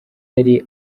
yari